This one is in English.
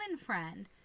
friend